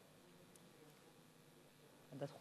115) (הרחבת איסור ביצוע עבירות מין על-ידי מטפל